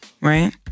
Right